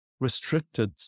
restricted